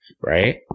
right